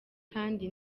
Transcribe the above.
kandi